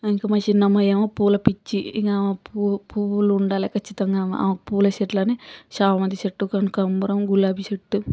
ఇంకా మా చిన్న అమ్మాయి ఏమో పూల పిచ్చి ఇక ఆ పూలు పువ్వులు ఉండాలే ఖచ్చితంగా ఆమెకి ఆమె ఆ పూలచెట్లని చామంతి చెట్టు కనకాంబరం గులాబీ చెట్టు